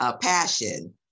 passion